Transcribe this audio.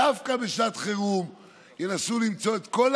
ומדינת ישראל מתמודדת עם משבר חסר תקדים בתולדותיה.